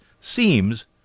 seems